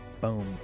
boom